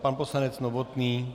Pan poslanec Novotný.